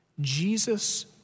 Jesus